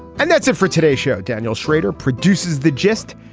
and that's it for today's show. daniel schrader produces the gist.